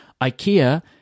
Ikea